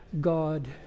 God